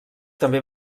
també